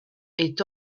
est